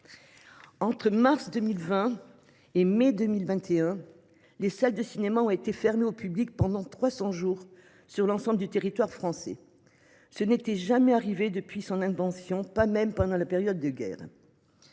Entre mars 2020 et mai 2021, les salles ont été fermées au public pendant 300 jours sur l’ensemble du territoire français, cela n’était jamais arrivé depuis l’invention du cinéma, pas même pendant les périodes de guerre.